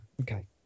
Okay